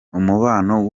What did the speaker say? umubano